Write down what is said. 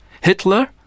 Hitler